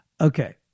Okay